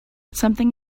something